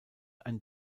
ein